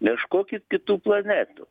ieškokit kitų planetų